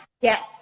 Yes